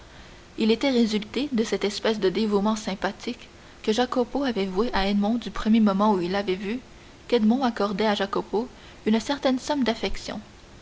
il était résulté de cette espèce de dévouement sympathique que jacopo avait voué à edmond du premier moment où il l'avait vu qu'edmond accordait à jacopo une certaine somme d'affection